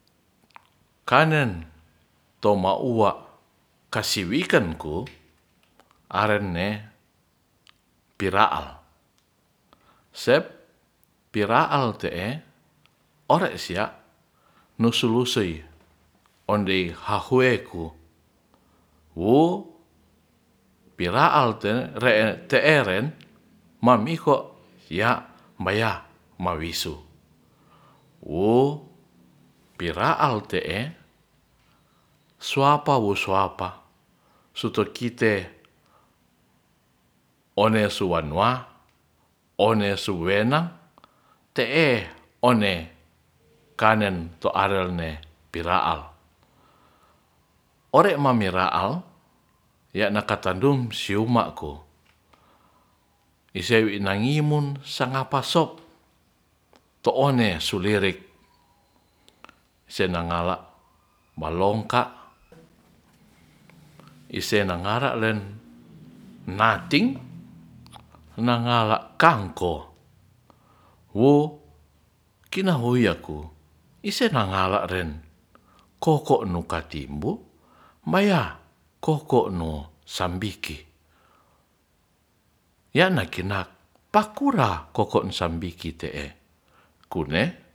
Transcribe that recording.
Kanen toma uwa kasiwiken ku arenne piraal sep piraal te e ore sia nusulusei ondei hahue ku wo piraal teeren mamiho a baya mawisu wo piraal te e suawa wo suapa suter kite one suanua one suwena te e one kanen toarene piraal ore mamiraal yonakatadum sioma ko ise naangimun sangapa sok to one su lirik senangala molongka ise nangara le nating nangala kangko wo kinahoi yaku ise angala ren kokonu katimbu maya koko noh sambiki yana kinap pakura koko nun sambiki te e kune